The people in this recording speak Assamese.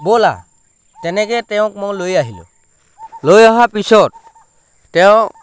ব'লা তেনেকৈ তেওঁক মই লৈ আহিলোঁ লৈ অহাৰ পিছত তেওঁ